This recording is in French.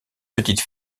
petite